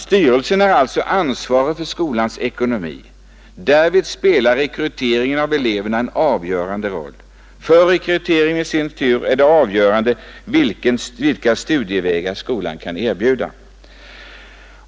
Styrelsen är ansvarig för skolans ekonomi. Därvid spelar rekryteringen av elever en avgörande roll. För rekryteringen i sin tur är det avgörande vilka studievägar skolan kan erbjuda.